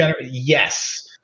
yes